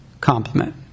complement